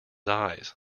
eyes